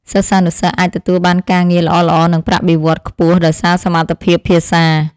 សិស្សានុសិស្សអាចទទួលបានការងារល្អៗនិងប្រាក់បៀវត្សរ៍ខ្ពស់ដោយសារសមត្ថភាពភាសា។